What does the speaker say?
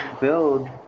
build